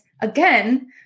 again